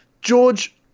george